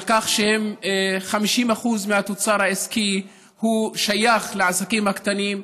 על כך שהם 50% מהתוצר העסקי שייכים לעסקים הקטנים,